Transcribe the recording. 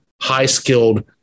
high-skilled